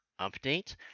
update